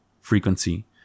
frequency